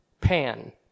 Pan